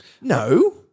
No